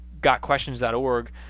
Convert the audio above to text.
gotquestions.org